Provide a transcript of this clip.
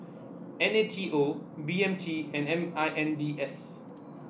N A T O B M T and M I N D S